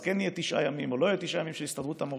אז כן יהיו תשעה ימים או לא יהיו תשעה ימים של הסתדרות המורים,